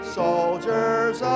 soldiers